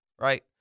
Right